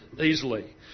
easily